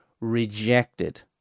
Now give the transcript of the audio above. rejected